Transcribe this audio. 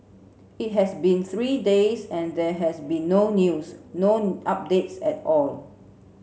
it has been three days and there has been no news no updates at all